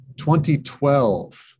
2012